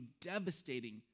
devastating